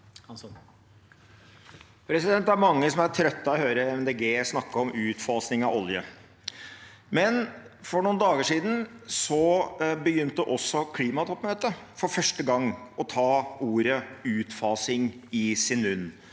Det er mange som er trøtte av å høre MDG snakke om utfasing av olje, men for noen dager siden begynte også klimatoppmøtet for første gang å ta ordet «utfasing» i sin munn,